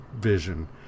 vision